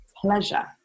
pleasure